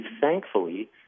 thankfully